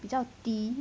比较低